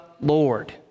Lord